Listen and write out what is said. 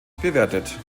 bewertet